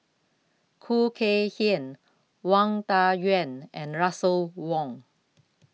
Khoo Kay Hian Wang Dayuan and Russel Wong